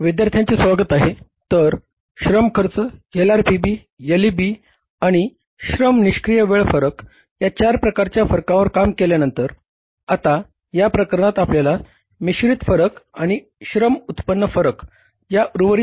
विद्यार्थ्यांचे स्वागत आहे तर श्रम खर्च एलआरपीबी एलईबी आणि श्रम निष्क्रिय वेळ फरक या उर्वरित दोन फरकांची गणना करावी लागेल